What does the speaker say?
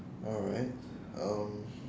alright um